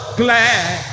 glad